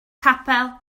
capel